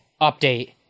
update